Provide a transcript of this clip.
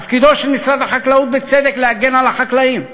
תפקידו של משרד החקלאות, בצדק, להגן על החקלאים,